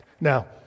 Now